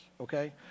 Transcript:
okay